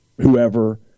whoever